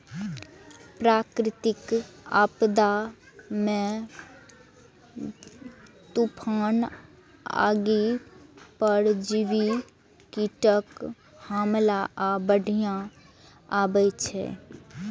प्राकृतिक आपदा मे तूफान, आगि, परजीवी कीटक हमला आ बाढ़ि अबै छै